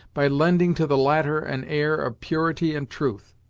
by lending to the latter an air of purity and truth.